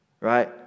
right